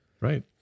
right